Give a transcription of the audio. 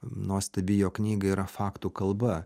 nuostabi jo knyga yra faktų kalba